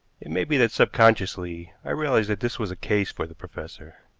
it may be that subconsciously i realized that this was a case for the professor.